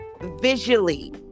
visually